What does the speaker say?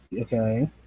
okay